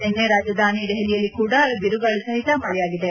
ನಿನ್ನೆ ರಾಜಧಾನಿ ದೆಹಲಿಯಲ್ಲಿ ಕೂಡ ಬಿರುಗಾಳಿ ಸಹಿತ ಮಳೆಯಾಗಿದೆ